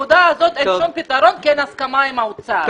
אין שום פתרון כי אין הסכמה עם האוצר.